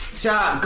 shot